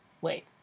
Wait